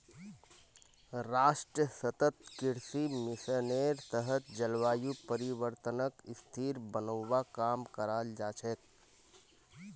राष्ट्रीय सतत कृषि मिशनेर तहत जलवायु परिवर्तनक स्थिर बनव्वा काम कराल जा छेक